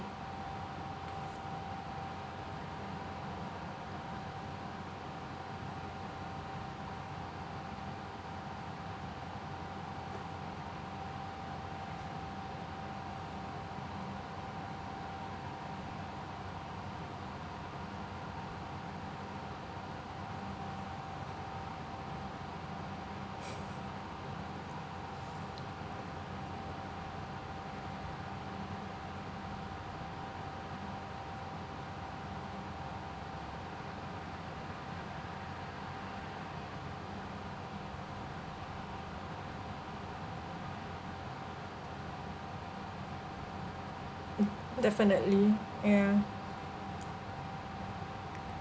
definitely ya